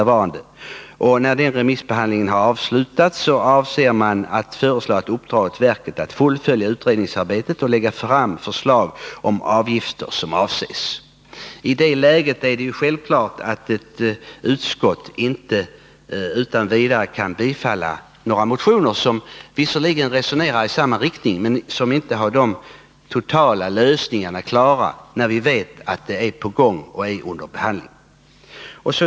73 När remissbehandlingen har avslutats, avser jag att föreslå regeringen att uppdra åt verket att fullfölja utredningsarbetet och att lägga fram förslag om avgifter som här avses.” I det läget är det självklart att ett utskott inte utan vidare kan tillstyrka motioner som visserligen har samma syfte men som inte har de totala lösningarna klara. Vi vet ju också att frågan är under behandling.